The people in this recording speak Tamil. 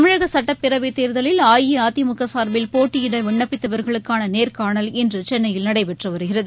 தமிழக சட்டப்பேரவைத் தேர்தலில் அஇஅதிமுக சார்பில் போட்டியிட விண்ணப்பித்தவர்களுக்கான நேர்னனல் இன்று சென்னயில் நடைபெற்று வருகிறது